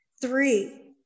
three